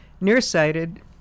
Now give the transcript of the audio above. nearsighted